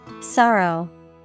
Sorrow